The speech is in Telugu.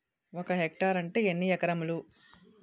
ఒక హెక్టార్ అంటే ఎన్ని ఏకరములు?